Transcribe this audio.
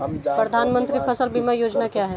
प्रधानमंत्री फसल बीमा योजना क्या है?